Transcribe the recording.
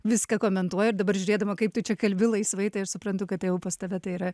viską komentuoji ir dabar žiūrėdama kaip tu čia kalbi laisvai tai aš suprantu kad pas tave tai yra